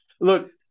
look